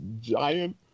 giant